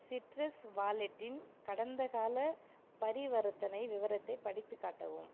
citrus வாலெட்டின் கடந்தகால பரிவர்த்தனை விவரத்தை படித்துக் காட்டவும்